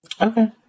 Okay